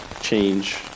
change